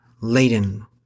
laden